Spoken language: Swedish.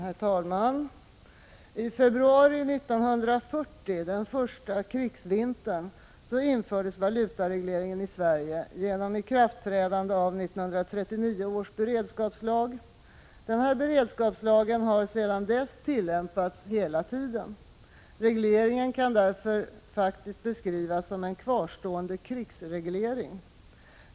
Herr talman! I februari 1940, den första krigsvintern, infördes valutaregleringen i Sverige genom ikraftträdande av 1939 års beredskapslag. Denna beredskapslag har sedan dess tillämpats hela tiden. Regleringen kan därför beskrivas som en kvarstående krigsreglering.